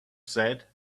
said